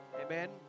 Amen